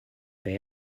pay